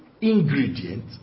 ingredient